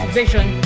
vision